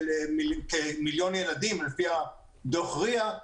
לפי דוח RIA,